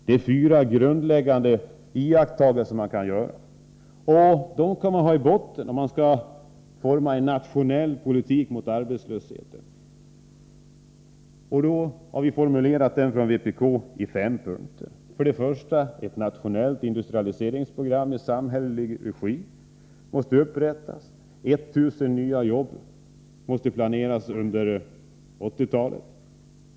Det är fyra grundläggande iakttagelser, som man måste ha i botten när man formar en nationell politik mot arbetslösheten. Vi har från vpk uttryckt denna politik i fem punkter. För det första måste ett nationellt industrialiseringsprogram i samhällelig regi upprättas. 1 000 nya jobb måste planeras under 1980-talet.